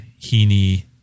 Heaney